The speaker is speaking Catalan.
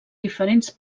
diferents